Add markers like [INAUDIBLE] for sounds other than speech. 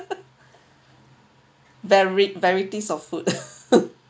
[LAUGHS] varied varieties of food [LAUGHS]